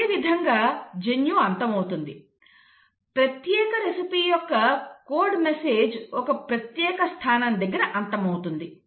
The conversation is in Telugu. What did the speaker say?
అదేవిధంగా జన్యువు అంతమవుతుంది ప్రత్యేక రెసిపీ యొక్క కోడ్ మెసేజ్ ఒక ప్రత్యేక స్థానం దగ్గర అంతమవుతుంది